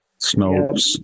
snopes